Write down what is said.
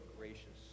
gracious